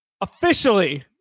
officially